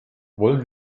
wollen